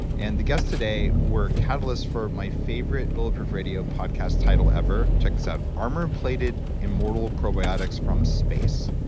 and the guest today were catalysts for my favorite bulletproof radio podcast title ever. check this out, armor-plated immortal probiotics from space.